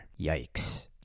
Yikes